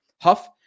Huff